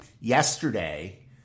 yesterday